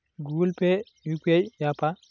Google Pay UPI య్యాపా?